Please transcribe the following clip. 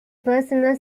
personal